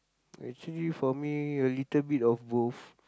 actually for me a little bit of both